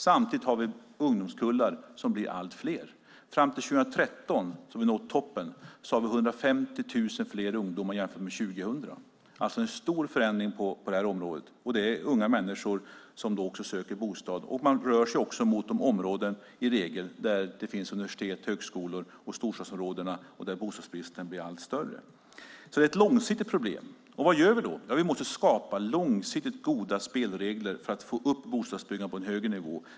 Samtidigt har vi ungdomskullar som blir allt större. Fram till 2013, då vi når toppen, har vi 150 000 fler ungdomar än 2000. Det är alltså en stor förändring på detta område. Dessa unga människor söker bostad och rör sig mot de områden där det finns universitet och högskolor och mot storstadsområdena. Här blir bostadsbristen allt större. Det är ett långsiktigt problem. Vad gör vi? Vi måste skapa långsiktigt goda spelregler för att få upp bostadsbyggandet på en högre nivå.